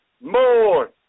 More